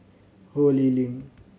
Ho Lee Ling